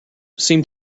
seemed